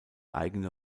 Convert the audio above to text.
eigene